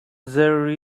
there